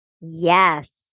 Yes